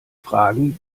fragen